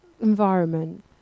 environment